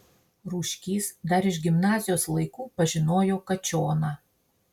rūškys dar iš gimnazijos laikų pažinojo kačioną